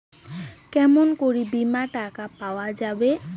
কেমন করি বীমার টাকা পাওয়া যাবে?